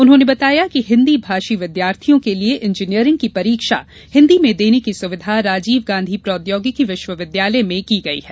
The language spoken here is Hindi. उन्होंने बताया कि हिन्दी भाषी विद्यार्थियों के लिये इंजीनियरिंग की परीक्षा हिन्दी में देने की सुविधा राजीव गांधी प्रोद्योगिकी विश्वविद्यालय में की गई है